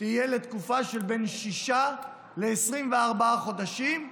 ויהיה לתקופה של בין שישה חודשים ל-24 חודשים,